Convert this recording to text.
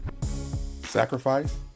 sacrifice